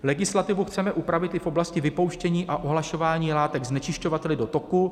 Legislativu chceme upravit i v oblasti vypouštění a ohlašování látek znečišťovateli do toku.